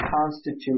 constitute